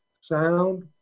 sound